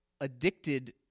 Addicted